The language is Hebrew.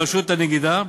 בראשות הנגידה,